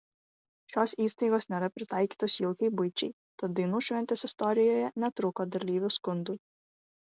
šios įstaigos nėra pritaikytos jaukiai buičiai tad dainų šventės istorijoje netrūko dalyvių skundų